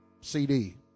cd